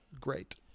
great